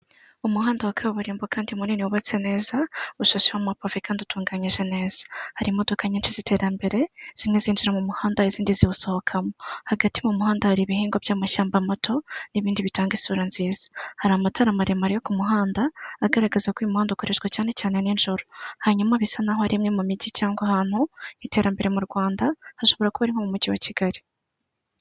Umuhanda wa kaburimbo kandi munini wubatse neza ushasheho amapave kandi utunganyije neza hari imodoka nyinshi z'iterambere zimwe zinjira mu muhanda izindi zibasohokamo hagati mu muhanda hari ibihegwa by'amashyamba moto n'ibindi bitanga isura nziza hari amatara maremare yo ku muhanda agaragaza ko uyu muhanda ukoreshwa cyane cyane nijoro hanyuma bisa ari imwe mu mijyi cyangwa ahantu h'iterambere mu rwanda hashobora kuba mu mujyi wa Kigali.